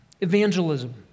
evangelism